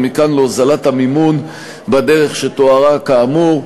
ומכאן להוזלת המימון בדרך שתוארה כאמור.